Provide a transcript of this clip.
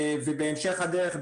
ובהמשך הדרך,